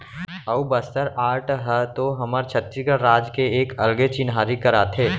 अऊ बस्तर आर्ट ह तो हमर छत्तीसगढ़ राज के एक अलगे चिन्हारी कराथे